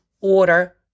order